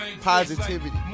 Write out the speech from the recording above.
positivity